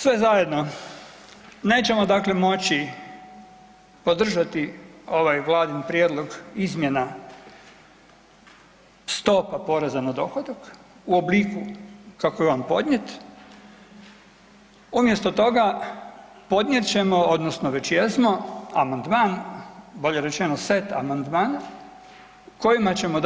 Sve zajedno, nećemo dakle moći podržati ovaj vladin prijedlog izmjena stopa poreza na dohodak u obliku kako je on podnijet umjesto toga podnijet ćemo odnosno već jesmo amandman bolje rečeno set amandmana kojima ćemo